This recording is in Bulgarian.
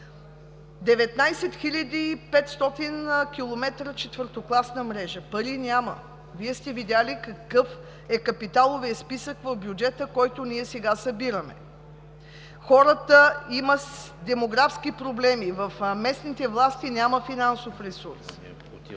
19 500 километра четвъртокласна мрежа. Пари няма. Вие сте видели какъв е капиталовият списък в бюджета, който ние сега събираме. Има демографски проблеми. В местните власти няма финансов ресурс.